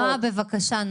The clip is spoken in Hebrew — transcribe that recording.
נעה, בבקשה.